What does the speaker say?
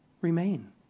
remain